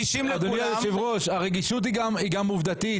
אדוני היושב ראש, הרגישות היא גם עובדתית.